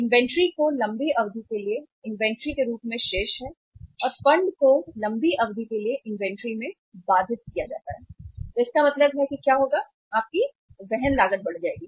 inventory को लंबी अवधि के लिए इन्वेंट्री के रूप में शेष है और फंड को लंबी अवधि के लिए इन्वेंट्री में बाधित किया जाता है तो इसका मतलब है कि क्या होगा आपकी वहन लागत बढ़ जाएगी